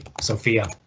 Sophia